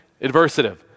Adversative